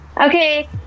Okay